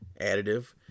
additive